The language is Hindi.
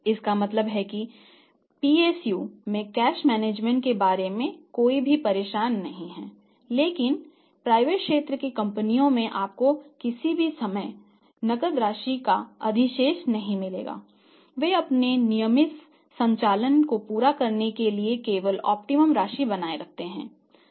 इसका मतलब है कि पीएसयू राशि बनाए रखते हैं